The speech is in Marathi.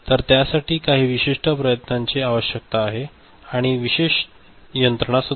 तर त्यासाठी काही विशेष प्रयत्नांची आवश्यकता आहे आणि विशेष यंत्रणा सुद्धा